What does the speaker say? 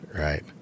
right